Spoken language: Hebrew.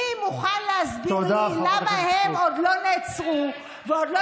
מי מוכן להסביר לי למה הם עוד לא נעצרו ועוד לא